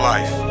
Life